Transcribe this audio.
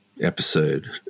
episode